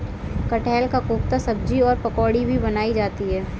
कटहल का कोफ्ता सब्जी और पकौड़ी भी बनाई जाती है